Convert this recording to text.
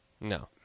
No